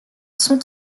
sont